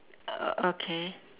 uh okay